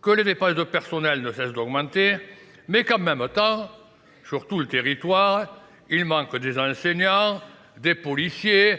que les dépenses de personnel ne cessent d'augmenter, mais qu'en même temps, sur tout le territoire, il manque des enseignants, des policiers